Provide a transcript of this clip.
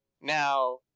Now